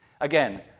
Again